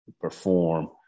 perform